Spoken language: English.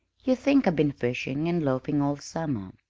you think i've been fishing and loafing all summer,